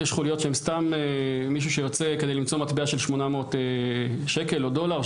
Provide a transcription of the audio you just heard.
יש חוליות שהן סתם מישהו שיוצא כדי למצוא מטבע של 800 שקל או דולר,